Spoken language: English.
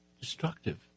destructive